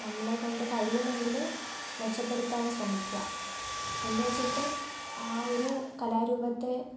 നമ്മളെക്കൊണ്ട് കഴിയുമെങ്കിൽ മെച്ചപ്പെടുത്താൻ ശ്രമിക്കുക എന്ന് വെച്ചിട്ട് ആ ഒരു കലാ രൂപത്തെ